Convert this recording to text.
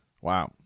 Wow